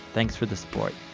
thanks for the support